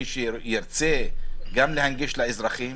מי שירצה גם להנגיש לאזרחים,